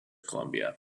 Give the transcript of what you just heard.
columbia